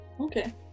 Okay